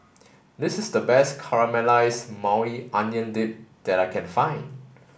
this is the best Caramelized Maui Onion Dip that I can find